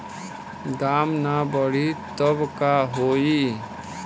दाम ना बढ़ी तब का होई